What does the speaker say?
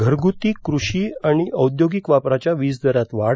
घरगुती कृषी आणि औद्योगिक वापराच्या वीज दरात वाढ